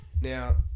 Now